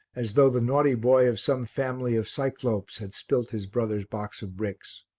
as though the naughty boy of some family of cyclopes had spilt his brother's box of bricks.